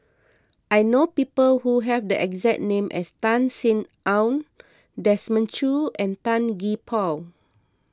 I know people who have the exact name as Tan Sin Aun Desmond Choo and Tan Gee Paw